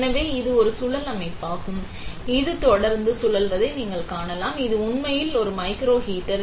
எனவே இது ஒரு சுழல் அமைப்பாகும் இது தொடர்ந்து சுழல்வதை நீங்கள் காணலாம் இது உண்மையில் ஒரு மைக்ரோ ஹீட்டர்